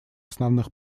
основных